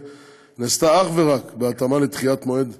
נעשתה אך ורק בהתאמה לדחיית מועד התחילה,